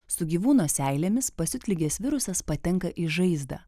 su gyvūno seilėmis pasiutligės virusas patenka į žaizdą